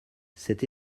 cet